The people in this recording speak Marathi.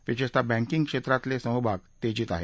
विशेषतः बँकींग क्षेत्रातले समभाग तेजीत आहेत